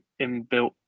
inbuilt